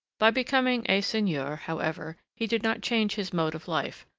by becoming a seigneur, however, he did not change his mode of life,